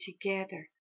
together